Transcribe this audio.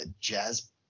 jazz